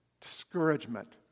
Discouragement